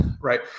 right